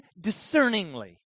discerningly